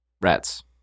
Rats